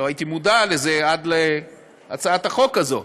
לא הייתי מודע לזה עד הצעת החוק הזאת,